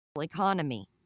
economy